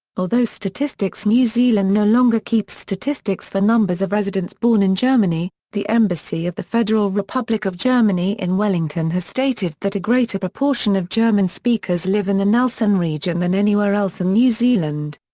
although statistics new zealand no longer keeps statistics for numbers of residents born in germany, the embassy of the federal republic of germany in wellington has stated that a greater proportion of german speakers live in the nelson region than anywhere else in and new zealand.